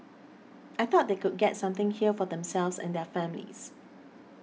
I thought they could get something here for themselves and their families